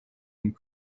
and